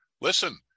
listen